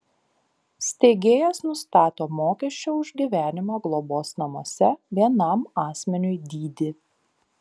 steigėjas nustato mokesčio už gyvenimą globos namuose vienam asmeniui dydį